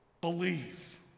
believe